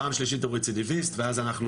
פעם שלישית הוא רצדיוויסט ואז אנחנו